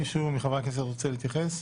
מישהו מחברי הכנסת רוצה להתייחס?